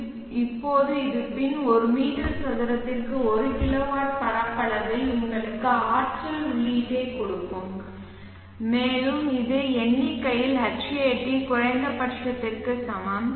எனவே மிகவும் பொதுவான சொற்களில் இப்போது இது பின் ஒரு மீட்டர் சதுரத்திற்கு 1 கிலோவாட் பரப்பளவில் உங்களுக்கு ஆற்றல் உள்ளீட்டைக் கொடுக்கும் மேலும் இது எண்ணிக்கையில் Hat குறைந்தபட்சத்திற்கு சமம்